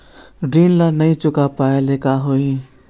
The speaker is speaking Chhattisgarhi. ऋण ला नई चुका पाय ले का होही?